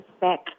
back